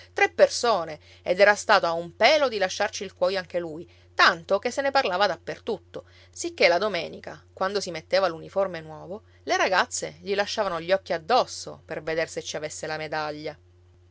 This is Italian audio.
tre persone ed era stato a un pelo di lasciarci il cuoio anche lui tanto che se ne parlava dappertutto sicché la domenica quando si metteva l'uniforme nuovo le ragazze gli lasciavano gli occhi addosso per veder se ci avesse la medaglia